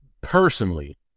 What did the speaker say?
personally